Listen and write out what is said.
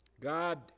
God